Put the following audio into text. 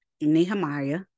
Nehemiah